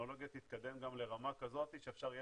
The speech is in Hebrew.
שהטכנולוגיה תתקדם גם לרמה כזאת שאפשר יהיה